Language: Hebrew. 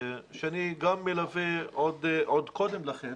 שאני גם מלווה עוד קודם לכן